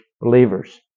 believers